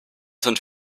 sind